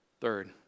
Third